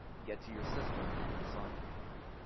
get to your system, and disarm it.